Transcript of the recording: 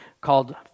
called